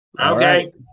Okay